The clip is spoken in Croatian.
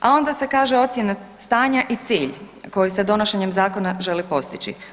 A onda se kaže ocjena stanja i cilj koji se donošenjem zakona želi postići.